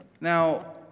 Now